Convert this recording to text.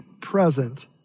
present